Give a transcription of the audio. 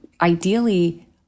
ideally